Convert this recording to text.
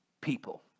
people